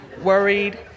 worried